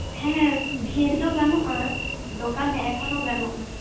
ᱦᱮᱸ ᱵᱷᱤᱲ ᱫᱚ ᱵᱟᱹᱱᱩᱜᱼᱟ ᱫᱚᱠᱟᱱ ᱦᱮᱡ ᱞᱮᱱᱠᱷᱟᱱ ᱦᱚᱸ ᱜᱟᱱᱚᱜᱼᱟ